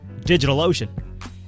DigitalOcean